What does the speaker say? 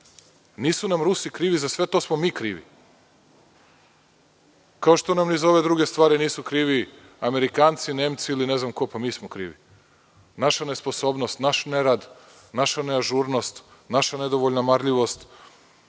Nisu nam Rusi krivi, za to smo mi krivi. Kao što nam i za ove druge stvari nisu krivi Amerikanci, Nemci ili ne znam ko, pa mi smo krivi. Naša nesposobnost, naš nerad, naša neažurnost, naša nedovoljno marljivost,